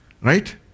Right